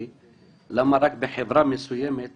הנושא: "מעקב אחר יישום מדיניות הממשלה